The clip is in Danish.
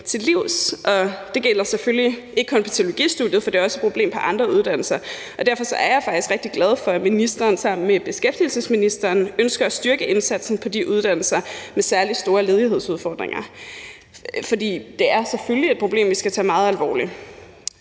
Det gælder selvfølgelig ikke kun teologistudiet, for det er også et problem på andre uddannelser, og derfor er jeg faktisk rigtig glad for, at ministeren sammen med beskæftigelsesministeren ønsker at styrke indsatsen på de uddannelser med særlig store ledighedsudfordringer. For det er selvfølgelig et problem, vi skal tage meget alvorligt.